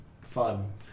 fun